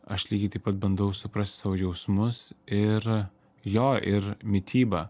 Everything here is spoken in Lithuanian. aš lygiai taip pat bandau suprast savo jausmus ir jo ir mityba